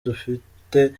dufite